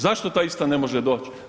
Zašto ta ista ne može doći?